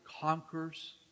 conquers